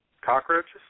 cockroaches